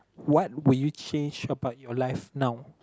what will you change about your life now